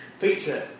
Pizza